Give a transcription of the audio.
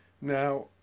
Now